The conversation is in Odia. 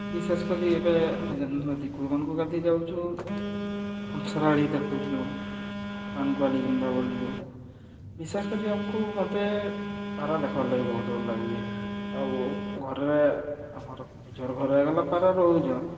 ବିଶେଷ କରି ଏବେ ଆମେ ଯେନ୍ ନଦୀ କୂଳମାନ୍କୁ ଗାଧି ଯାଉଚୁ ହଂସାରଳି ଦେଖୁଚୁଁ ପାନ୍କୁଆଲି ଯେନ୍ତା ବଲୁଚୁ ବିଶେଷ୍ କରି ଆମ୍କୁ ମତେ ପାରା ଦେଖବାର୍ ଲାଗି ବହୁତ୍ ଭଲ୍ ଲାଗୁଚେ ଆଉ ଘରରେ ଆମର ନିଜର୍ ଘରେ ଗଲା ପାରା ରହୁଚନ୍